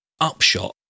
upshot